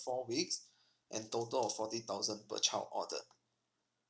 four weeks and total of forty thousand per child order.